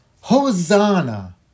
Hosanna